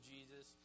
Jesus